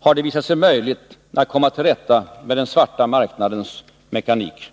har det visat sig möjligt att komma till rätta med den svarta marknadens mekanik.